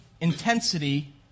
intensity